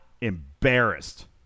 embarrassed